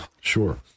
Sure